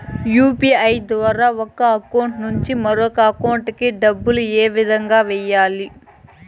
UPI ద్వారా ఒక account నుంచి మరొక అకౌంట్ కి డబ్బులు ఏ విధంగా వెయ్యాలి